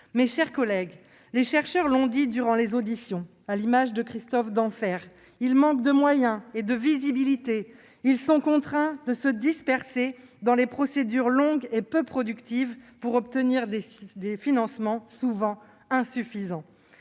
Mes chers collègues, les chercheurs l'ont dit durant les auditions, à l'instar de Christophe d'Enfert : ils manquent de moyens et de visibilité, et sont contraints de se disperser dans des procédures longues et peu productives pour obtenir des financements souvent insuffisants.